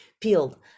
peeled